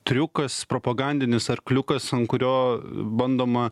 triukas propagandinis arkliukas ant kurio bandoma